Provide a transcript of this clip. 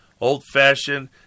old-fashioned